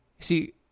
See